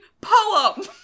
poem